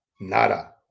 Nada